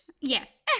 Yes